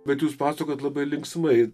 bet jūs pasakojat labai linksmai